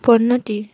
পণ্যটি